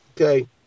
Okay